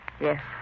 Yes